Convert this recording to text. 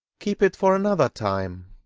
keep it for another time.